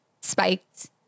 spiked